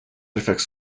effects